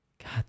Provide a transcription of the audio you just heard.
God